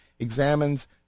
Examines